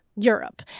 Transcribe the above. Europe